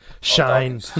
Shine